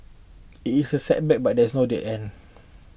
it is a setback but there is no dead end